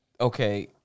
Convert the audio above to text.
Okay